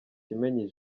kimenyi